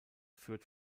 führt